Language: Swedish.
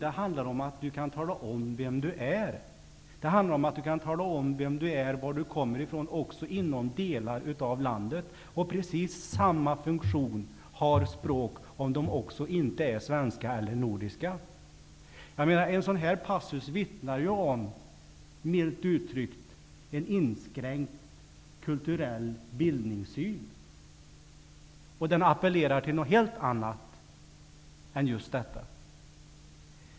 Det handlar om att du kan tala om vem du är. Det handlar om att du kan tala om vem du är och varifrån du kommer även inom olika delar av landet. Precis samma funktion har språk om de än inte är svenska eller nordiska. En sådan här passus vittnar milt uttryckt om en inskränkt kulturell bildningssyn. Den appellerar till något helt annat än just detta.